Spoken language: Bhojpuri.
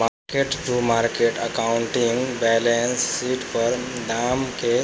market to market accounting balance sheet पर दाम के